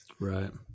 Right